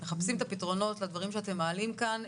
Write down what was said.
מחפשים את הפתרונות לדברים שאתם מעלים כאן,